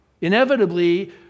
Inevitably